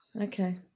Okay